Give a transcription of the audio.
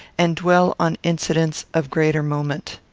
and dwell on incidents of greater moment.